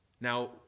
Now